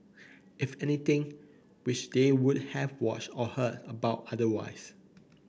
if anything which they would have watched or heard about otherwise